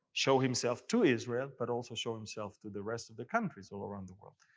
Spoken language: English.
so himself to israel, but also shows himself to the rest of the countries, all around the world.